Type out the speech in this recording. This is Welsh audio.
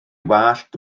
wallt